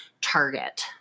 target